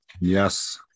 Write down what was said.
Yes